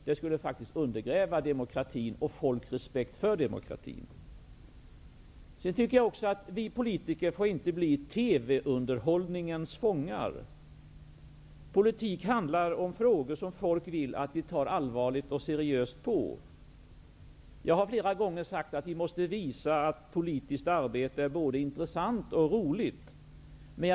Det skulle faktiskt undergräva demokratin och människors respekt för demokratin. Vi politiker får inte bli TV-underhållningens fångar. Politik handlar om frågor som människor vill att vi tar allvarligt och seriöst på. Jag har flera gånger sagt att vi måste visa att politiskt arbete är både intressant och roligt.